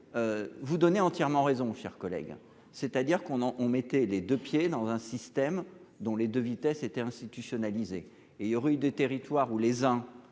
Vous donner entièrement raison cher collègue. C'est-à-dire qu'on en, on mettait les 2 pieds dans un système dont les deux vitesses était institutionnalisée et il y aurait eu des territoires où les en